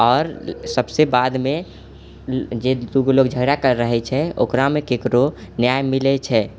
आओर सबसँ बादमे जे दुगो लोग झगड़ा कर रहै छै ओकरामे ककरो न्याय मिलै छै